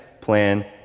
plan